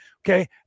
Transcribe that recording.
Okay